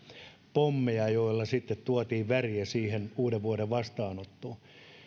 pommeja joilla sitten tuotiin väriä siihen uudenvuoden vastaanottoon